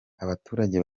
abaturage